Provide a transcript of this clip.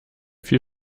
viel